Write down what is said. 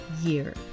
year